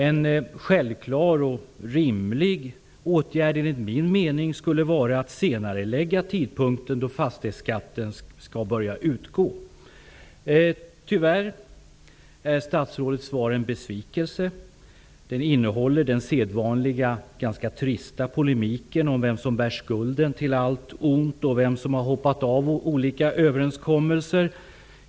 En självklar och rimlig åtgärd, enligt min mening, skulle vara att senarelägga tidpunkten då fastighetsskatten skall börja betalas. Tyvärr är statsrådets svar en besvikelse. Det innehåller den sedvanliga, ganska trista, polemiken om vem som bär skulden till allt ont och vem som har hoppat av olika överenskommelser.